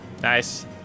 Nice